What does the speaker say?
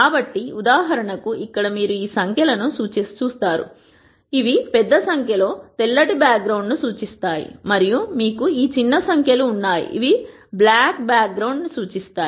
కాబట్టి ఉదాహరణకు ఇక్కడ మీరు ఈ సంఖ్య లను చూస్తారు ఇవి పెద్ద సంఖ్యలో తెల్లటి బ్యాక్ గ్రౌండ్ను సూచిస్తాయి మరియు మీకు ఈ చిన్న సంఖ్యలు ఉన్నాయి ఇవి నల్ల బ్యాక్ గ్రౌండ్ సూచిస్తాయి